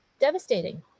devastating